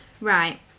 Right